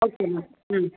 okay ma'am ம்